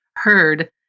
heard